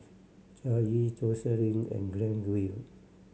Jaye Joselin and Granville